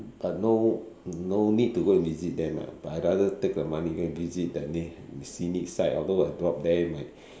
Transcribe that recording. but no no need to go and visit them lah but I rather take the money go visit the na~ scenic site although I drop there my